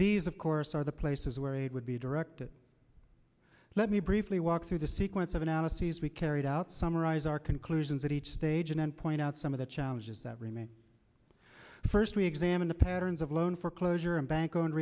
these of course are the places where it would be directed let me briefly walk through the sequence of analyses we carried out summarize our conclusions at each stage and then point out some of the challenges that remain first we examine the patterns of loan foreclosure and bank o